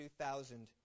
2000